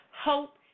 hope